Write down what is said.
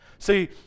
See